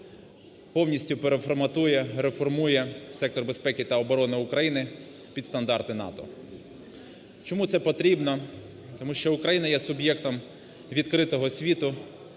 повністю переформатує, реформує сектор безпеки та оборони України під стандарти НАТО. Чому це потрібно? Тому що Україна є суб'єктом відкритого світу.